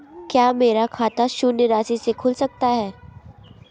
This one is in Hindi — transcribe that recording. क्या मेरा खाता शून्य राशि से खुल सकता है?